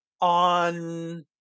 on